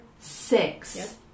six